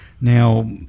Now